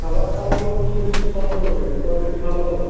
খাবার তাহলে বলছেন সুস্বাদু হবে কোয়ালিটি ভালো হবে